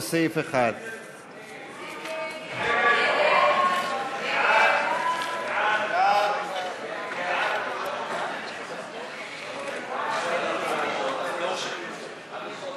לסעיף 1. ההסתייגות (3) של קבוצת סיעת הרשימה המשותפת לסעיף 1